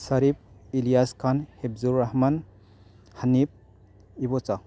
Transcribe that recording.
ꯁꯔꯤꯕ Iliyas Khan Hifzur Rahman Hanif Ibocha